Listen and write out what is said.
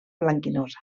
blanquinosa